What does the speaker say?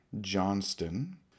Johnston